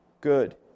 good